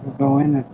go in